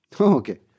Okay